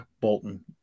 Bolton